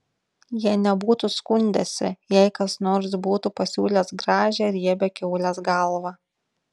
jie nebūtų skundęsi jei kas nors būtų pasiūlęs gražią riebią kiaulės galvą